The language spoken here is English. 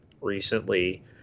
recently